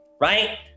right